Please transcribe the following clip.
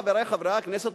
חברי חברי הכנסת,